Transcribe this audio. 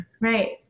Right